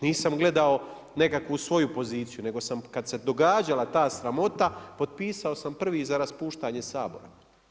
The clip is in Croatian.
Nisam gledao nekakvu svoju poziciju, nego sam kad se događala ta sramota potpisao sam prvi za raspuštanje Sabora.